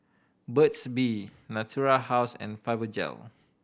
Burt's Bee Natura House and Fibogel